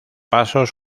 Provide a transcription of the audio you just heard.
pasos